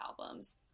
albums